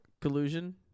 Collusion